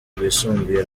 rwisumbuye